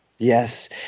Yes